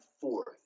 fourth